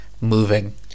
moving